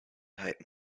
height